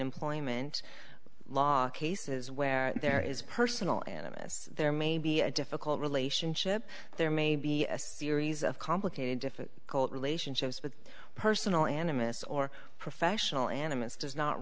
employment law cases where there is personal animus there may be a difficult relationship there may be a series of complicated different cold relationships but personal animus or professional animus does not